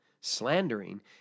Slandering